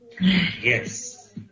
Yes